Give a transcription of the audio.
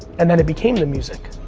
and then it became the music.